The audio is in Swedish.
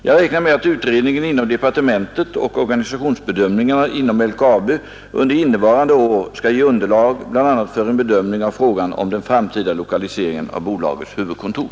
Jag räknar med att utredningen inom departementet och organisationsbedömningarna inom LKAB under innevarande år skall ge underlag bl.a. för en bedömning av frågan om den framtida lokaliseringen av bolagets huvudkontor.